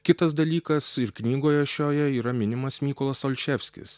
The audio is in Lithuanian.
kitas dalykas ir knygoje šioje yra minimas mykolas olševskis